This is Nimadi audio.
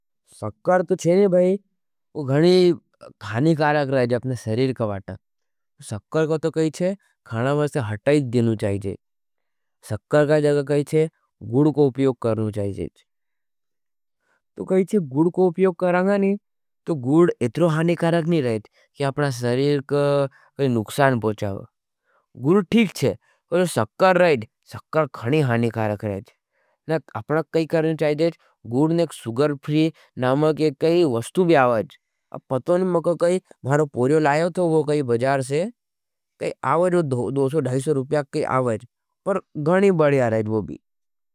सककर थो खानी कारक रहे हज। अपने सरीर का वाटा। सककर को तो कही छे, खाना में से हटाइच देनो चाहिए। सककर का जग कही छे, गुड को उप्योग करनो चाहिए। तो कही छे, गुड को उप्योग कराँगा नहीं। तो गुड एतरो हानी कारक नहीं रहे हज। कि आपना सरीर का काई नुकसान पोचाओ। गुड ठीक छे, गुड सककर रहे हज, सककर खानी हानी कारक रहे हज। नहीं, अपना काई करने चाहिए हज, गुड ने एक सुगर फ्री नामा के काई वस्तू भी आओज। पतवने में काई मारो पोजो लायो थो। वो काई बजार से, काई आओज वो दोसो ढईसो रुपया काई आओज, पर गणी बड़िया रहे हज वो भी।